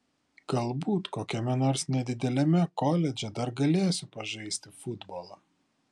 galbūt kokiame nors nedideliame koledže dar galėsiu pažaisti futbolą